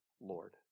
Lord